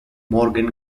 morgan